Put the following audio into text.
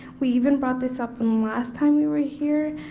we even brought this up and last time we were here,